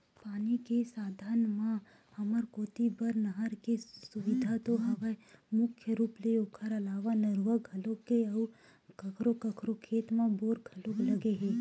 पानी के साधन म हमर कोती बर नहर के सुबिधा तो हवय मुख्य रुप ले ओखर अलावा नरूवा घलोक हे अउ कखरो कखरो खेत म बोर घलोक लगे हे